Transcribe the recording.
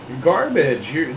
garbage